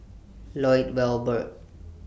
Lloyd Valberg